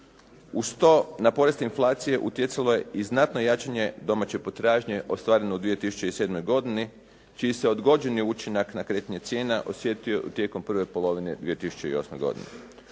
Uz to na poreske inflacije utjecalo je i znatno jačanje domaće potražnje ostvarene u 2007. godini čiji se odgođeni učinak na kretanje cijena osjetio tijekom prve polovine 2008. godine.